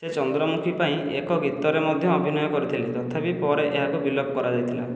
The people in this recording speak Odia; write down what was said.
ସେ ଚନ୍ଦ୍ରମୁଖୀ ପାଇଁ ଏକ ଗୀତରେ ମଧ୍ୟ ଅଭିନୟ କରିଥିଲେ ତଥାପି ପରେ ଏହାକୁ ବିଲୋପ କରାଯାଇଥିଲା